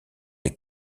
les